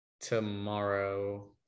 Tomorrow